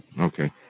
okay